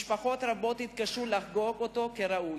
משפחות רבות יתקשו לחגוג אותו כראוי.